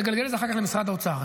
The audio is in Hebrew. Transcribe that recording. לגלגל את זה אחר כך למשרד האוצר.